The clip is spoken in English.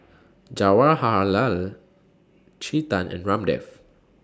Jawaharlal Chetan and Ramdev